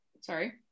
sorry